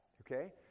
okay